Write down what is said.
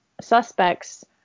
suspects